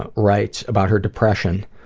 ah writes, about her depression,